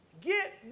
Get